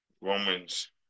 Romans